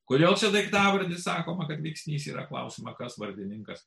kodėl čia daiktavardis sakoma kad veiksnys yra klausimą kas vardininkas